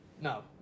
no